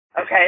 Okay